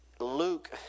Luke